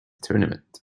tournament